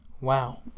wow